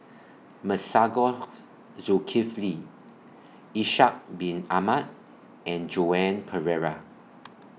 Masagos Zulkifli Ishak Bin Ahmad and Joan Pereira